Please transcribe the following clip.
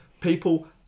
people